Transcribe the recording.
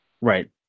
right